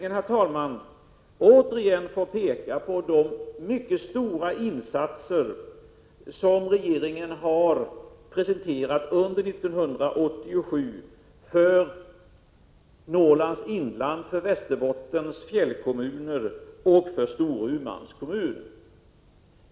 Låt mig slutligen återigen få peka på de mycket stora insatser som regeringen har redovisat under 1987 för Norrlands inland, för Västerbottens fjällkommuner och för Storumans kommun.